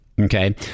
Okay